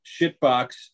shitbox